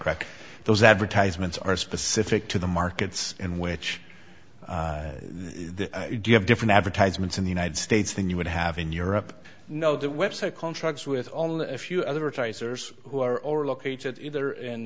correct those advertisements are specific to the markets in which they have different advertisements in the united states than you would have in europe no the website contracts with only a few other tracers who are all located either in